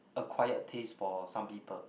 acquired taste for some people